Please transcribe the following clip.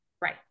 Right